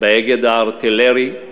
באגד הארטילרי,